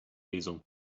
diesel